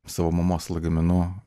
savo mamos lagaminu